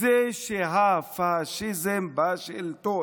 הוא שהפשיזם בשלטון.